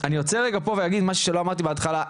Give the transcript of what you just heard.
אני עוצר רגע פה, ואגיד משהו שלא אמרתי בהתחלה.